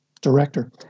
director